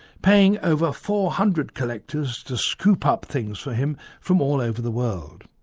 paying over four hundred collectors to scoop up things for him from all over the world.